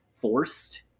forced